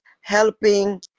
helping